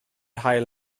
haul